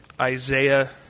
Isaiah